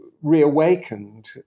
reawakened